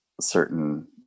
certain